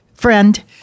friend